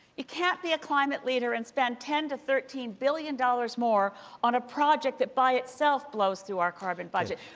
you can't be a climate leader and spend ten dollars to thirteen billion dollars more on a project that by itself blows through our carbon budget.